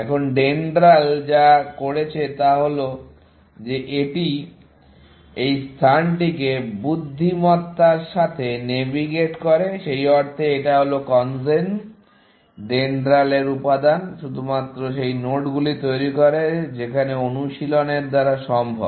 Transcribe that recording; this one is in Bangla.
এখন DENDRAL যা করেছে তা হল যে এটি এই স্থানটিকে বুদ্ধিমত্তার সাথে নেভিগেট করে সেই অর্থে এটা হলো কনজেন DENDRAL এর উপাদান শুধুমাত্র সেই নোডগুলি তৈরি করে যেগুলি অনুশীলনের দ্বারা সম্ভব